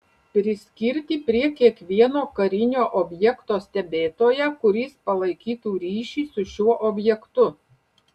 priskirti prie kiekvieno karinio objekto stebėtoją kuris palaikytų ryšį su šiuo objektu